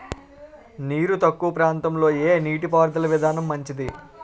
నీరు తక్కువ ప్రాంతంలో ఏ నీటిపారుదల విధానం మంచిది?